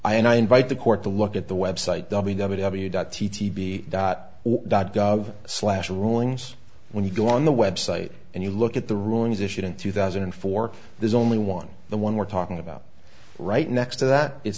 i and i invite the court to look at the website w w w dot t t v dot org dot gov slash rulings when you go on the website and you look at the rulings issued in two thousand and four there's only one the one we're talking about right next to that it